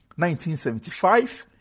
1975